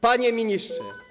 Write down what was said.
Panie Ministrze!